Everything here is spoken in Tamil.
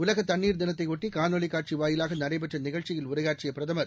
உலகதண்ணீர் தினத்தையொட்டகாணொலிகாட்சிவாயிலாகநடைபெற்றநிகழ்ச்சியில் உரையாற்றியபிரதமர்